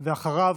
אחריו,